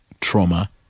trauma